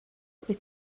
wyt